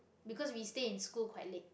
because we stay in school quite late